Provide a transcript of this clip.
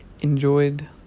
enjoyed